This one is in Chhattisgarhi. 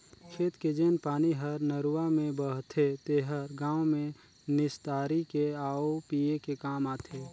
खेत के जेन पानी हर नरूवा में बहथे तेहर गांव में निस्तारी के आउ पिए के काम आथे